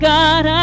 God